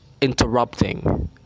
Interrupting